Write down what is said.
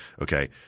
Okay